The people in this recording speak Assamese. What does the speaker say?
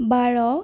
বাৰ